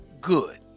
good